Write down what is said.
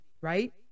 right